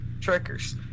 Trickers